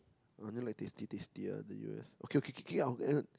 I only like tasty tasty one the U_S okay okay okay okay end of